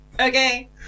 Okay